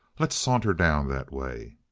let's saunter down that way.